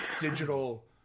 digital